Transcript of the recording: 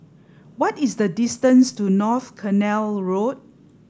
what is the distance to North Canal Road